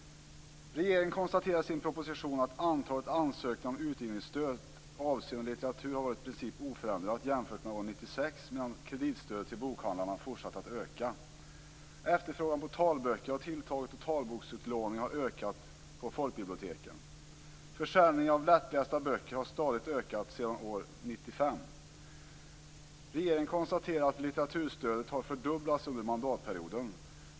Regeringen konstaterar i sin proposition att antalet ansökningar om utgivningsstöd avseende litteratur i princip har varit oförändrat jämfört med år 1996, medan kreditstödet till bokhandlarna fortsatt att öka. Efterfrågan på talböcker har tilltagit, och talboksutlåningen har ökat på folkbiblioteken. Försäljningen av lättlästa böcker har stadigt ökat sedan år 1995. Regeringen konstaterar att litteraturstödet har fördubblats under mandatperioden.